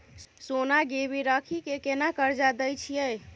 सोना गिरवी रखि के केना कर्जा दै छियै?